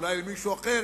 אולי למישהו אחר,